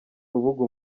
rubuga